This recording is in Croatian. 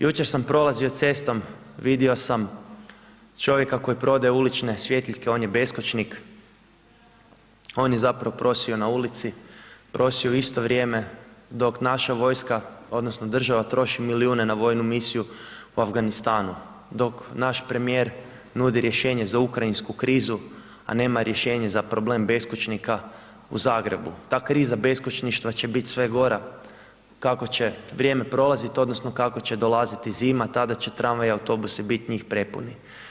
Jučer sam prolazio cestom, vidio sam čovjeka koji prodaje Ulične svjetiljke, on je beskućnik, on je zapravo prosio na ulici, prosio je u isto vrijeme dok naša vojska odnosno država troši milijune na vojnu misiju u Afganistanu, dok naš premijer nudi rješenje za ukrajinsku krizu, a nema rješenje za problem beskućnika u Zagrebu, ta kriza beskućništva će bit sve gora kako će vrijeme prolazit odnosno kako će dolaziti zima, tada će tramvaji i autobusi bit njih prepuni.